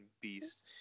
beast